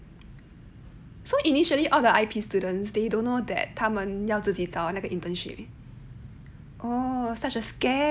so initially all the I_P students they don't know that 他们要自己找那个 internship orh such a scam